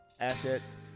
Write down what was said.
assets